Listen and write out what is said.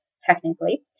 technically